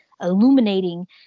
illuminating